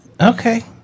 Okay